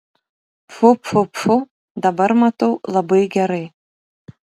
pfu pfu pfu dabar matau labai gerai